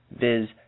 viz